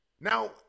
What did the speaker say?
Now